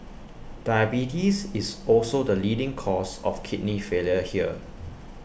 diabetes is also the leading cause of kidney failure here